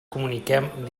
comuniquem